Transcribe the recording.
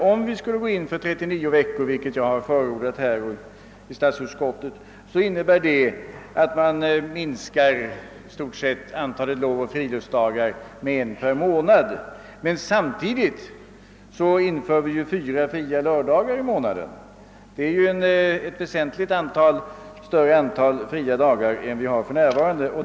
Om vi skulle gå in för 39 veckor, vilket jag förordat både i statsutskottet och här i kammaren, skulle det innebära att man i stort sett minskar antalet 10ovoch friluftsdagar med en per månad, men samtidigt får man fyra fria lördagar i månaden. Det blir alltså ett väsentligt större antal fria dagar än vi har för närvarande.